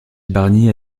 barnier